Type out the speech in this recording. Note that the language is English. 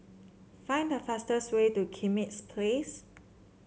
find the fastest way to Kismis Place